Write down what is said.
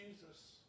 Jesus